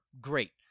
great